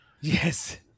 Yes